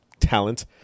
talent